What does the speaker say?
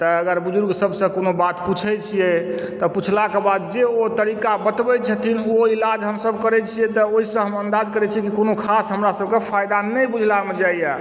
तऽ अगर बुजुर्ग सभसँ कोनो बात पूछय छियै तऽ पूछलाके बाद जे ओ तरीका बतबय छथिन ओ तरीका हमसभ करैत छियै तऽ ओहिसँ हम अन्दाज करैत छियै कोनो खास हमरा सभकेँ फायदा नहि बुझलामे जाइए